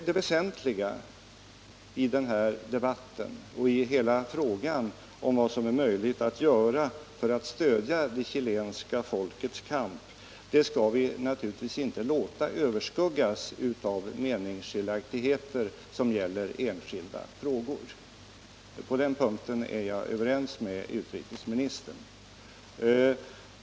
Det väsentliga i denna debatt och i hela frågan om vad som är möjligt att göra för att stödja det chilenska folkets kamp skall vi naturligtvis inte låta överskuggas av meningsskiljaktigheter som gäller enskilda frågor. På den punkten är jag överens med utrikesministern.